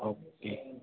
okay